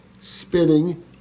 spinning